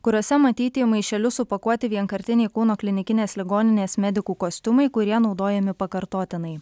kuriose matyti į maišelius supakuoti vienkartiniai kauno klinikinės ligoninės medikų kostiumai kurie naudojami pakartotinai